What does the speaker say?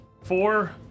Four